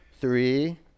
three